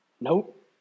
Nope